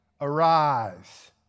Arise